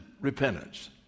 repentance